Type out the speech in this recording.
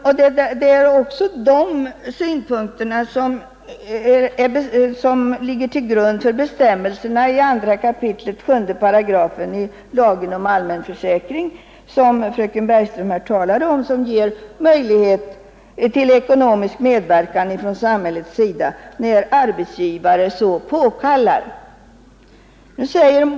Det är också de synpunkterna som ligger till grund för bestämmelserna i 2 kap. 7 § lagen om allmän försäkring, som fröken Bergström talade om och som ger möjlighet till ekonomisk medverkan från samhället när arbetsgivare så påkallar.